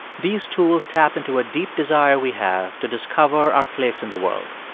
these tools tap into a deep desire we have to discover our place in the world.